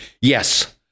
Yes